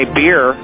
beer